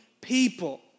people